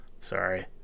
Sorry